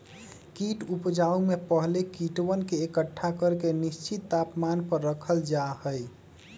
कीट उपजाऊ में पहले कीटवन के एकट्ठा करके निश्चित तापमान पर रखल जा हई